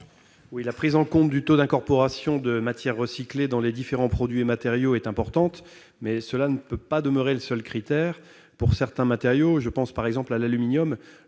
La prise en compte du taux d'incorporation de matières recyclées dans les différents produits et matériaux est importante, mais elle ne peut être le seul critère pour certains matériaux. Je pense, par exemple, à l'aluminium